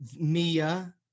Mia